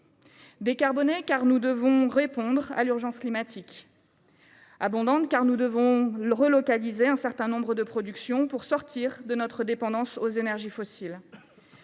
Décarbonée, car nous devons répondre à l’urgence climatique ; abondante, car il nous faut relocaliser un certain nombre de productions pour sortir de notre dépendance aux énergies fossiles